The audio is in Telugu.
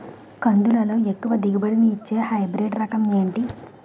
కందుల లో ఎక్కువ దిగుబడి ని ఇచ్చే హైబ్రిడ్ రకం ఏంటి?